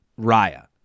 Raya